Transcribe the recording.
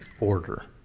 order